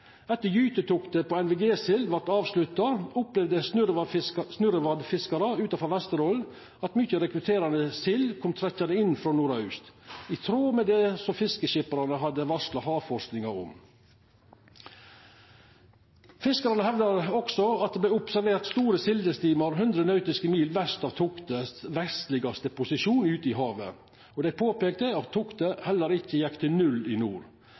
Etter at gytetoktet på NVG-sild vart avslutta, opplevde snurrevadfiskarar utanfor Vesterålen at mykje rekrutterande sild kom trekkjande inn frå nordaust, i tråd med det fiskeskipperane hadde varsla havforskarane om. Fiskarane hevdar også at det vart observert store sildestimar ute i havet 100 nautiske mil vest for den vestlegaste posisjonen til toktet, og dei påpeikar at toktet heller ikkje gjekk til null i nord.